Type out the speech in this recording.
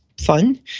fun